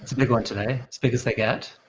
big one today, as big as they get.